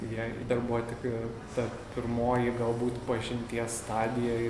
jai dar buvo tik ta pirmoji galbūt pažinties stadijoja